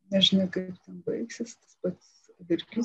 nežinia kaip baigsis tas pats verkių